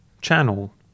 channel